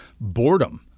boredom